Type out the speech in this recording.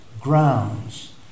grounds